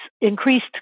increased